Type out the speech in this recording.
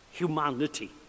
humanity